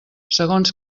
segons